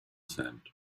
sand